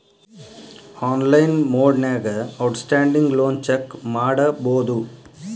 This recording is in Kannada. ಆನ್ಲೈನ್ ಮೊಡ್ನ್ಯಾಗ ಔಟ್ಸ್ಟ್ಯಾಂಡಿಂಗ್ ಲೋನ್ ಚೆಕ್ ಮಾಡಬೋದು